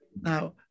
Now